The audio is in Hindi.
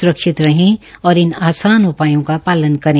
सुरक्षित रहें और इन आसान उपायों का शालन करें